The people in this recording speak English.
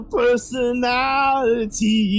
personality